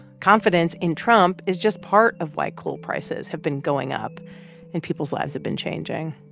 confidence in trump is just part of why coal prices have been going up and people's lives have been changing.